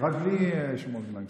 רק בלי שמות גנאי.